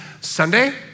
Sunday